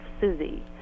Susie